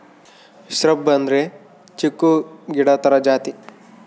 shrub ಅಂದ್ರೆ ಚಿಕ್ಕು ಗಿಡ ತರ ಜಾತಿ